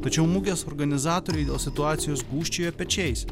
tačiau mugės organizatoriai dėl situacijos gūžčioja pečiais